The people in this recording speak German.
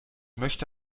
möchte